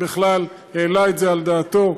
בכלל העלה את זה בדעתו.